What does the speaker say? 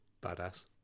Badass